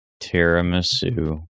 tiramisu